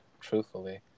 truthfully